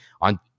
on